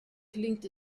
klingt